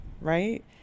Right